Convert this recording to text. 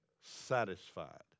satisfied